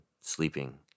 sleeping